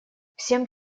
всем